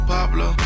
Pablo